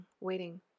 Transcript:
waiting